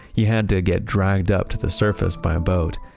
you had to get dragged up to the surface by a boat,